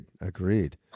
agreed